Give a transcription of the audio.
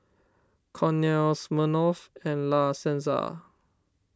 Cornell Smirnoff and La Senza